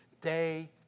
day